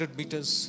meters